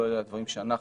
לא אלה הדברים שאנחנו,